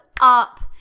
up